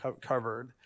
covered